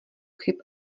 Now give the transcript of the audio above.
chyb